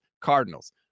cardinals